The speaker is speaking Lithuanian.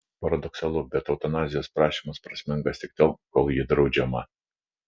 paradoksalu bet eutanazijos prašymas prasmingas tik tol kol ji draudžiama